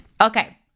Okay